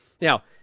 Now